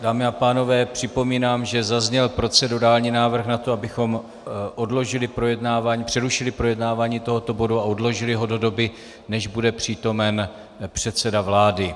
Dámy a pánové, připomínám, že zazněl procedurální návrh na to, abychom odložili projednávání, přerušili projednávání tohoto bodu a odložili ho do doby, než bude přítomen předseda vlády.